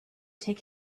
take